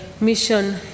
mission